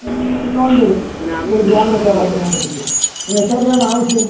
നമ്മൾ ലോൺ തരും ഒരു ഗ്രാമിന് ഇത്ര രൂപ വെച്ചിട്ട് നിങ്ങൾക്ക് എത്ര രൂപയാണ് ആവശ്യം